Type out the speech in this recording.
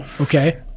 Okay